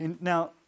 Now